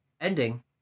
ending